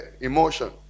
emotion